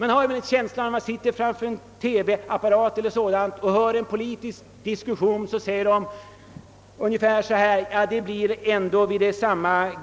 När man sitter framför en TV-apparat eller dylikt och hör en politisk diskussion har man känslan att allt ändå kommer att bli vid det gamla.